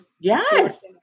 Yes